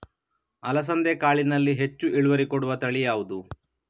ಅಲಸಂದೆ ಕಾಳಿನಲ್ಲಿ ಹೆಚ್ಚು ಇಳುವರಿ ಕೊಡುವ ತಳಿ ಯಾವುದು?